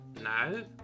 No